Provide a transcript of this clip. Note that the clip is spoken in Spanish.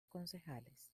concejales